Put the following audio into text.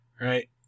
right